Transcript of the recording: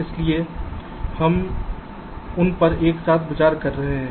इसलिए हम उन पर एक साथ विचार कर रहे हैं